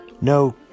no